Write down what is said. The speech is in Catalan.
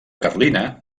carlina